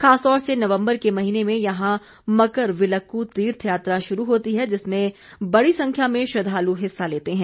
खासतौर से नवम्बर के महीने में यहां मकरविलक्क तीर्थयात्रा शुरू होती है जिसमें बड़ी संख्या में श्रद्धाल हिस्सा लेते हैं